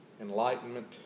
enlightenment